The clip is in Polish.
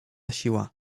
siła